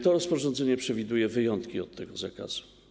To rozporządzenie przewiduje wyjątki od tego zakazu.